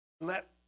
Let